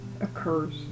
occurs